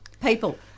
people